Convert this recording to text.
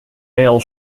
mail